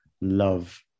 love